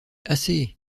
assez